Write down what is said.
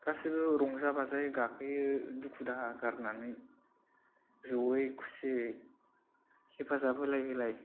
गासिबो रंजा बाजायै गाखोयो दुखु दाहा गारनानै जयै खुसियै हेफाजाब होलाय होलाय